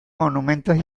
monumentos